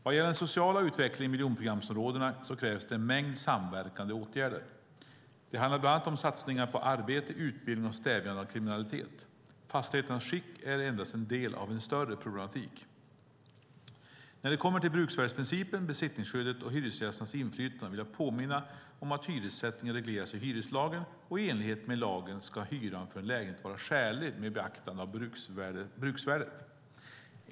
Vad gäller den sociala utvecklingen i miljonprogramsområdena krävs det en mängd samverkande åtgärder. Det handlar bland annat om satsningar på arbete, utbildning och stävjande av kriminalitet. Fastigheternas skick är endast en del av en större problematik. När det kommer till bruksvärdesprincipen, besittningsskyddet och hyresgästernas inflytande vill jag påminna om att hyressättningen regleras i hyreslagen, och i enlighet med lagen ska hyran för en lägenhet vara skälig med beaktande av bruksvärdet.